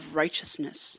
righteousness